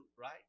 right